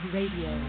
Radio